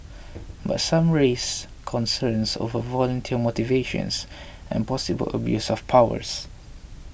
but some raise concerns over volunteer motivations and possible abuse of powers